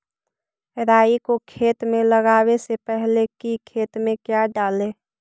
राई को खेत मे लगाबे से पहले कि खेत मे क्या डाले?